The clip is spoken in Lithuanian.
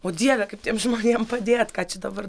o dieve kaip tiem žmonėm padėt ką čia dabar